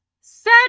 set